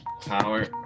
power